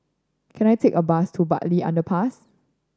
can I take a bus to Bartley Underpass